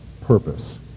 purpose